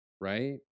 right